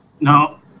no